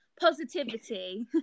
positivity